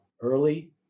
early